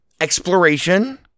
exploration